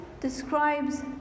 describes